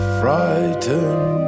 frightened